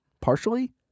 Partially